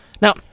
Now